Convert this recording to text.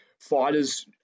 fighters